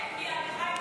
כן, כי זה היה חוק